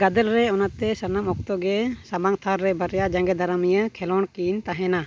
ᱜᱟᱫᱮᱞᱨᱮ ᱚᱱᱟᱛᱮ ᱥᱟᱱᱟᱢ ᱚᱠᱛᱚᱜᱮ ᱥᱟᱢᱟᱝ ᱛᱷᱟᱨᱨᱮ ᱵᱟᱨᱭᱟ ᱡᱟᱸᱜᱮ ᱫᱟᱨᱟᱢᱤᱭᱟᱹ ᱠᱷᱮᱞᱳᱸᱰᱠᱤᱱ ᱛᱟᱦᱮᱱᱟ